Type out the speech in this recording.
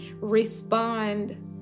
respond